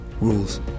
rules